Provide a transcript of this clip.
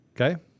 Okay